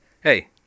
hey